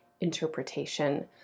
interpretation